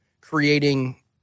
creating